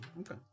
okay